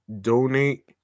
donate